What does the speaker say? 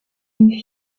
une